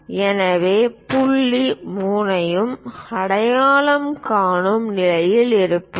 எனவே புள்ளி 3 ஐயும் அடையாளம் காணும் நிலையில் இருப்போம்